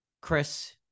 Chris